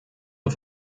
auf